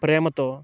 ప్రేమతో